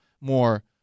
more